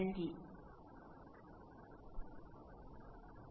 Z out மற்றும் Z L செயலற்றதாக இருக்கும் நிலையில் நிலையானதாகவும் இருக்க முடியும்